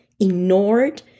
ignored